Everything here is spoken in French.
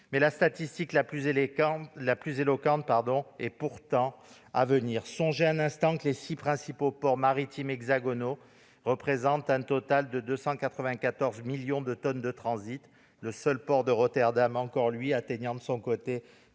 La statistique la plus éloquente est pourtant à venir : songez un instant que les six principaux ports maritimes hexagonaux représentent un total de 294 millions de tonnes de transit, le seul port de Rotterdam atteignant, de son côté,